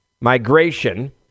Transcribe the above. Migration